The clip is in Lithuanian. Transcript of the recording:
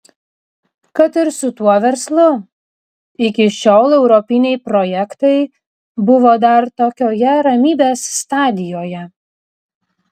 kad ir su tuo verslu iki šiol europiniai projektai buvo dar tokioje ramybės stadijoje